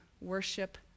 worship